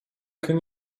can